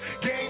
Game